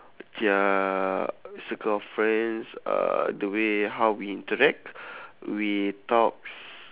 their circle of friends uh the way how we interact we talks